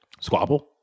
Squabble